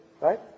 right